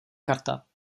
karta